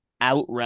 out